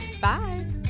Bye